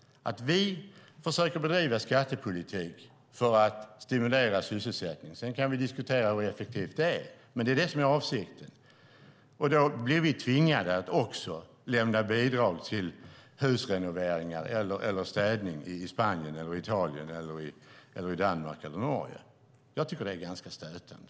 Vi försöker bedriva skattepolitik för att stimulera sysselsättning i Sverige. Sedan kan vi diskutera hur effektivt det är, men det är det som är avsikten. Då blir vi tvingade att lämna bidrag till husrenoveringar eller städning i Spanien, Italien, Danmark eller Norge. Jag tycker att det är ganska stötande.